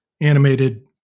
animated